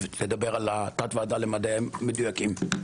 תדבר על תת הוועדה למדעים מדויקים.